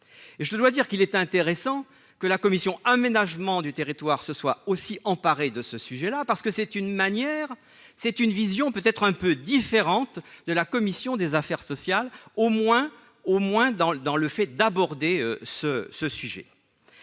je dois dire qu'il est intéressant que la commission aménagement du territoire se soit aussi emparés de ce sujet-là, parce que c'est une manière c'est une vision peut être un peu différente de la commission des affaires sociales, au moins, au moins dans le dans le fait d'aborder ce ce sujet,